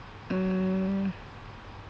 mm